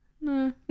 No